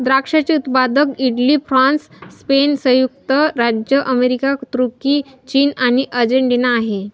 द्राक्षाचे उत्पादक Italy, France, Spain, संयुक्त राज्य अमेरिका, तुर्की, चीन आणि अर्जेंटिना आहे